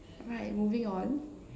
right moving on